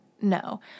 No